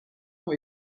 ont